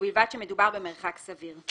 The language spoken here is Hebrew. ובלבד שמדובר במרחק סביר .